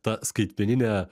tą skaitmeninę